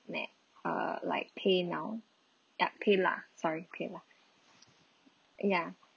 net err like paynow yup paylah sorry paylah ya